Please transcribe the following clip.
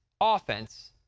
offense